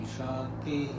Shanti